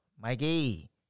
Mikey